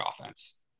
offense